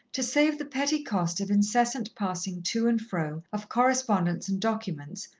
to save the petty cost of incessant passing to and fro of correspondence and documents,